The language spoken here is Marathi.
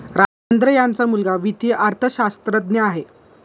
राजेंद्र यांचा मुलगा वित्तीय अर्थशास्त्रज्ञ आहे